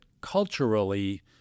culturally